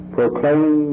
proclaim